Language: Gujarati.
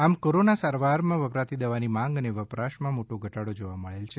આમ કોરોના સારવાર માં વપરાતી દવાઓની માંગ અને વપરાશમાં મોટો ઘટાડો જોવા મળેલ છે